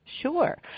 Sure